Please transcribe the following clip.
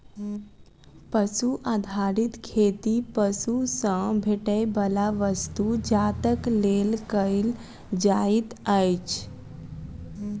पशु आधारित खेती पशु सॅ भेटैयबला वस्तु जातक लेल कयल जाइत अछि